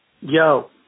Yo